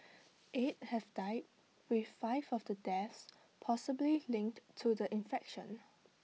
eight have died with five of the deaths possibly linked to the infection